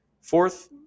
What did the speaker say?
Fourth